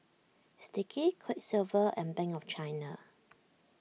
Sticky Quiksilver and Bank of China